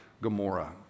Gomorrah